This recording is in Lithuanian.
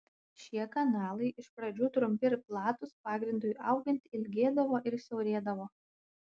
šie kanalai iš pradžių trumpi ir platūs pagrindui augant ilgėdavo ir siaurėdavo